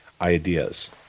ideas